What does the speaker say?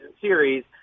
series